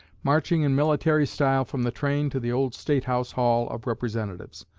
marching in military style from the train to the old state house hall of representatives,